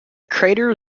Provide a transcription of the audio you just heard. crater